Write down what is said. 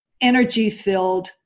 energy-filled